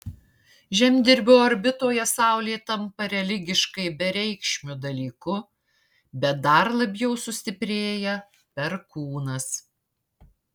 žemdirbio orbitoje saulė tampa religiškai bereikšmiu dalyku bet dar labiau sustiprėja perkūnas